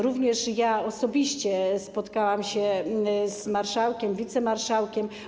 Również ja osobiście spotkałam się z marszałkiem, wicemarszałkiem.